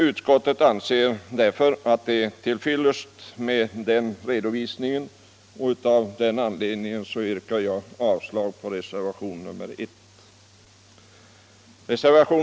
Utskottet anser därför att det är till fyllest med den redovisningen. Av denna anledning yrkar jag avslag på reservationen 1.